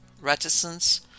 reticence